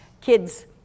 kids